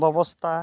ᱵᱮᱵᱚᱥᱛᱟ